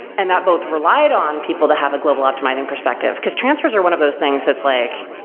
and that both relied on people to have a global optimizing perspective, because transfers are one of those things that's like,